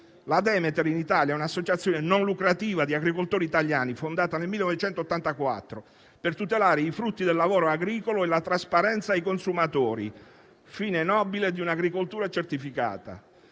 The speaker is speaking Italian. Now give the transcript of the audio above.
La Demeter in Italia è un'associazione non lucrativa di agricoltori italiani fondata nel 1984 per tutelare i frutti del lavoro agricolo e la trasparenza ai consumatori, fine nobile di un'agricoltura certificata.